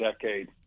decade